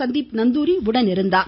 சந்தீப் நந்தூரி உடனிருந்தார்